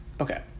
Okay